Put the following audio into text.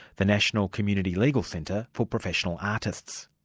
the national community legal centre for professional artists.